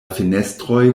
fenestroj